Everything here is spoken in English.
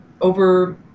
over